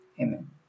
Amen